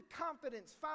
confidence